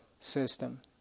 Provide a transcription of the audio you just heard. system